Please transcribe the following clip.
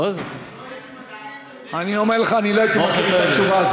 אני במקומך לא הייתי מקריא את זה.